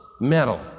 metal